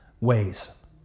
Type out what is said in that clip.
ways